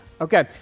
Okay